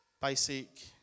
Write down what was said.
Basic